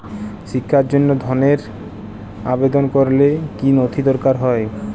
শিক্ষার জন্য ধনের আবেদন করলে কী নথি দরকার হয়?